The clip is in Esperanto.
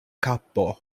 kapo